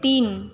তিন